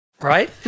right